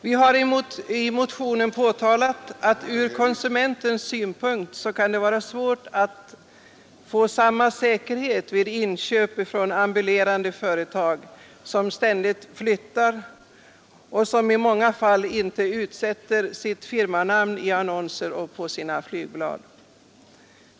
Vi har i motionen anfört att det ur konsumentens synpunkt kan vara svårt att vid inköp från ambulerande företag, som ständigt flyttar och som i många fall inte utsätter sitt firmanamn i annonser och på flygblad, få samma säkerhet som vid inköp på annat sätt.